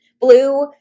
Blue